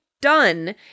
done